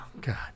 God